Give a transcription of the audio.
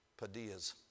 Padillas